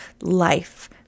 life